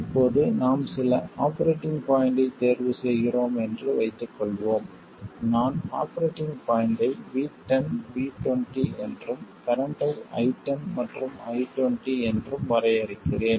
இப்போது நாம் சில ஆபரேட்டிங் பாய்ண்ட்டைத் தேர்வு செய்கிறோம் என்று வைத்துக்கொள்வோம் நான் ஆபரேட்டிங் பாய்ண்ட்டை V10 V20 என்றும் கரண்ட்டை I10 மற்றும் I20 என்றும் வரையறுக்கிறேன்